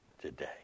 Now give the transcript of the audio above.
today